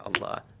Allah